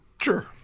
Sure